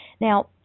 Now